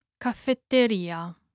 Caffetteria